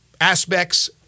aspects